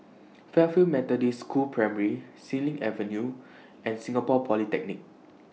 Fairfield Methodist School Primary Xilin Avenue and Singapore Polytechnic